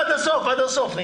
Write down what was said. עד הסוף.